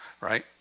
Right